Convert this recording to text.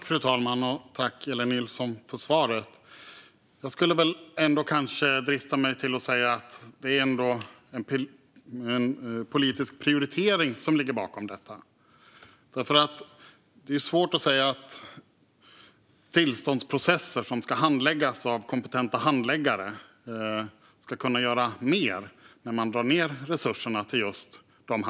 Fru talman! Tack, Elin Nilsson för svaret! Jag dristar mig ändå att säga att det är en politisk prioritering som ligger bakom detta. Det är ju svårt att säga att de kompetenta handläggare som ska handlägga tillståndsprocesserna ska kunna göra mer när man drar ned resurserna till just dem.